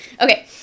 okay